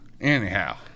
anyhow